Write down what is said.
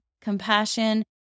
compassion